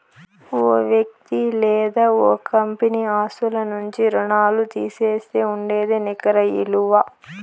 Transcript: ఓ వ్యక్తి లేదా ఓ కంపెనీ ఆస్తుల నుంచి రుణాల్లు తీసేస్తే ఉండేదే నికర ఇలువ